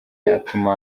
yatuma